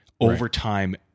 Overtime